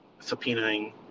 subpoenaing